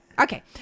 Okay